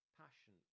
passion